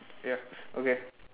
ya okay